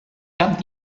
cap